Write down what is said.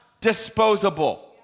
disposable